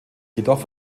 jedoch